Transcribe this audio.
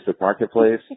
marketplace